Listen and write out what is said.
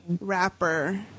rapper